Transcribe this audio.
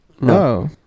No